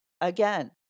again